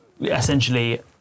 essentially